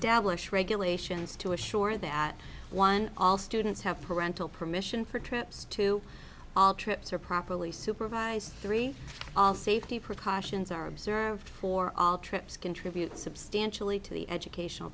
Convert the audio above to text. establish regulations to assure that one all students have parental permission for trips to all trips are properly supervised three all safety precautions are observed for all trip contribute substantially to the educational